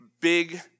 big